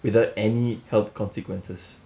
without any health consequences